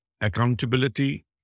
accountability